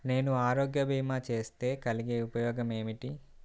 నేను ఆరోగ్య భీమా చేస్తే కలిగే ఉపయోగమేమిటీ?